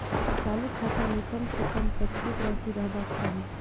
चालु खाता में कम से कम कतेक राशि रहबाक चाही?